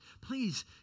Please